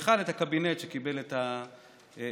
ובכלל את הקבינט שקיבל את ההחלטה.